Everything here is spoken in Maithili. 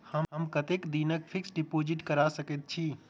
हम कतेक दिनक फिक्स्ड डिपोजिट करा सकैत छी?